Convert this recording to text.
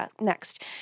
next